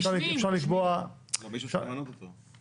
גם מישהו שאפשר למנות אותו.